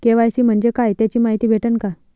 KYC म्हंजे काय त्याची मायती मले भेटन का?